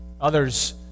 Others